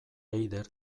eider